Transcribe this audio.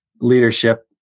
leadership